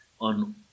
on